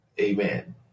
Amen